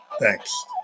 Thanks